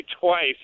twice